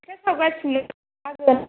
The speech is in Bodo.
फिथा सावगासिनो मागोनि